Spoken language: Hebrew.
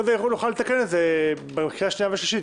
יוכלו לתקן את זה בקריאה שנייה ושלישית.